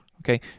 okay